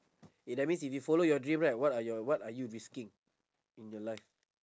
eh that means if you follow your dream right what are your what are you risking in your life